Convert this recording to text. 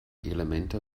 elemente